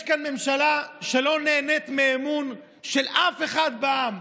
יש כאן ממשלה שלא נהנית מאמון של אף אחד בעם,